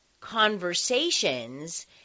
conversations